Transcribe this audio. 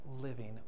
living